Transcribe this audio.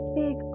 big